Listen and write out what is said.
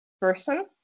person